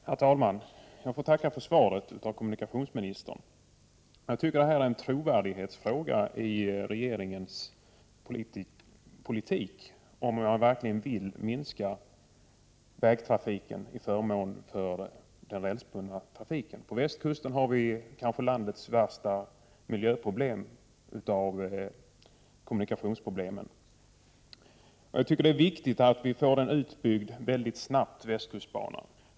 Prot. 1988/89:53 Herr talman! Jag ber att få tacka för svaret från kommunikationsministern. 19 januari 1989 Jag tycker att det här är en trovärdighetsfråga för regeringen, om man nu verkligen vill minska vägtrafiken till förmån för den rälsbundna trafiken. På | västkusten finns kanske landets värsta miljöproblem när det gäller kommunikationerna. Det är därför viktigt att västkustbanan mycket snabbt blir | utbyggd.